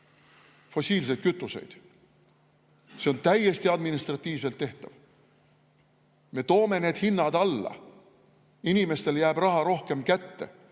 fossiilseid kütuseid. See on administratiivselt täiesti tehtav. Me toome need hinnad alla, inimestele jääb raha rohkem kätte.